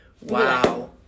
Wow